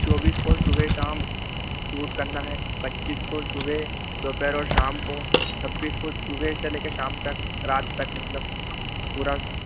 चौबीस को सुबह शाम शूट करना है पच्चीस को सुबह दोपहर और शाम को छब्बीस को सुबह से लेकर शाम तक रात तक मतलब पूरा